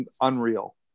Unreal